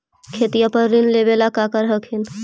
खेतिया पर ऋण लेबे ला की कर हखिन?